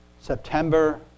September